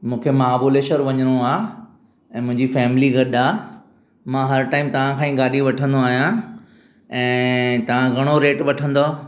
मूंखे महाबलेश्वर वञिणो आहे ऐं मुंहिंजी फ़ैमली गॾु आहे मां हर टाइम तव्हांखां ई गाॾी वठंदो आहियां ऐं तव्हां घणो रेट वठंदव